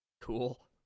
Cool